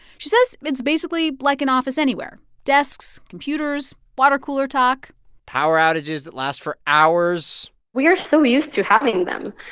she says it's basically like an office anywhere desks, computers, watercooler talk power outages that last for hours we are so used to having them.